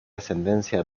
ascendencia